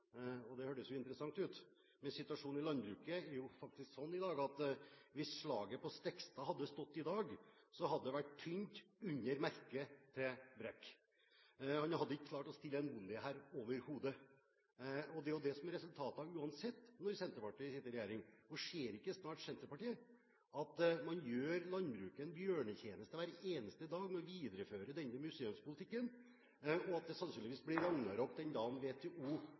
og det hørtes jo interessant ut – at hvis slaget på Stiklestad hadde stått i dag, hadde det vært tynt under merket til Brekk. Han hadde ikke klart å stille en bondehær overhodet. Og det er jo det som er resultatet uansett når Senterpartiet sitter i regjering. Ser ikke Senterpartiet snart at man gjør landbruket en bjørnetjeneste hver eneste dag ved å videreføre denne museumspolitikken, og at det sannsynligvis blir ragnarok den dagen WTO